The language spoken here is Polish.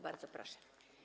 Bardzo proszę.